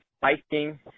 biking